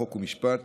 חוק ומשפט